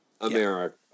America